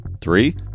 Three